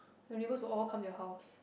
your neighbours will all come to your house